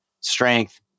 strength